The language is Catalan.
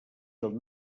del